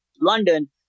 london